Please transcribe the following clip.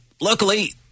luckily